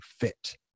fit